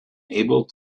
able